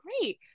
great